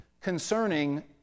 concerning